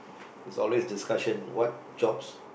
is always discussion what jobs